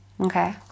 Okay